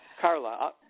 Carla